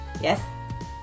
Yes